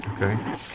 Okay